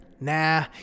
Nah